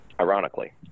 ironically